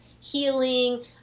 healing